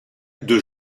deux